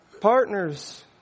partners